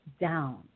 down